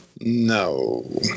No